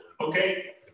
Okay